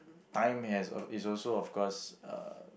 time has is also of course uh